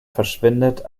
verschwindet